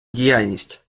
діяльність